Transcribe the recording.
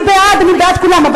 אני בעד, אני בעד כולם.